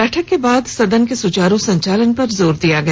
बैठक के दौरान सदन के सुचारू संचालन पर जोर दिया गया